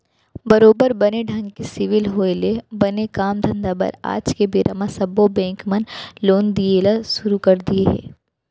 बरोबर बने ढंग के सिविल होय ले बने काम धंधा बर आज के बेरा म सब्बो बेंक मन लोन दिये ल सुरू कर दिये हें